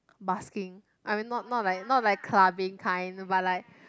busking I mean not not like not like not like clubbing kind but like